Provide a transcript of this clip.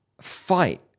fight